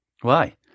Why